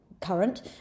current